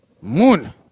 moon